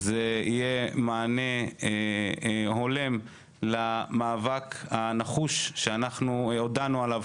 יהיה מענה הולם למאבק הנחוש שאנחנו והממשלה הודענו עליו.